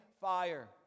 fire